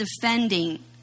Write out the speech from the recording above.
defending